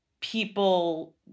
people